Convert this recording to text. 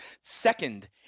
second